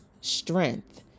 strength